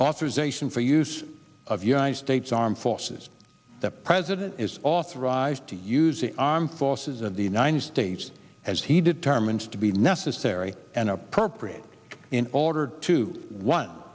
authorization for use of united states armed forces the president is authorized to use the armed forces of the united states as he determines to be necessary and appropriate in order to one